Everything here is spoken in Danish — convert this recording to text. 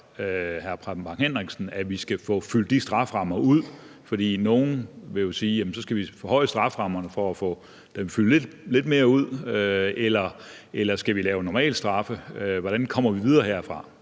at vi skal få fyldt de strafferammer ud? For nogle vil jo sige, at vi skal forhøje strafferammerne for at få dem fyldt lidt mere ud, eller at vi skal forhøje normalstraffene. Hvordan kommer vi videre herfra?